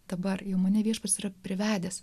dabar jau mane viešpats yra privedęs